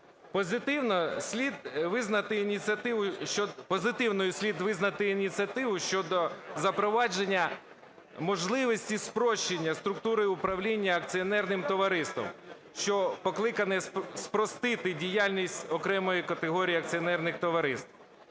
Позитивною слід визнати ініціативу щодо запровадження можливості спрощення структури управління акціонерним товариством, що покликане спростити діяльність окремої категорії акціонерних товариств.